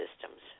systems